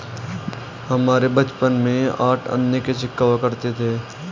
हमारे बचपन में आठ आने का सिक्का हुआ करता था